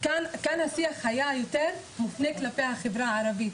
כאן השיח היה יותר מופנה כלפי החברה הערבית.